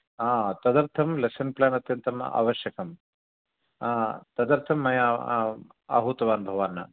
आ तदर्थं lesson plan अत्यन्तम् आवश्यकम् तदर्थं मया आहूतवान् भवान्